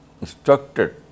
instructed